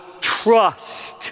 trust